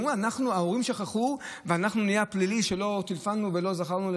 הם אמרו: ההורים שכחו ואנחנו נהיה הפליליים שלא טילפנו ולא זכרנו?